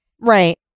Right